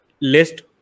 list